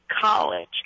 college